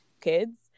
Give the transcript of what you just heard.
kids